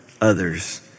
others